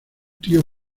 tío